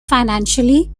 financially